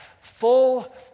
full